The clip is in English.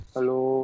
Hello